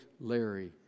Larry